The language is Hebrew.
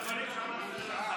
מהדברים שאמרת עכשיו,